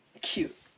cute